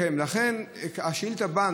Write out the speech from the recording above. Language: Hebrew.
לכן השאילתה באה,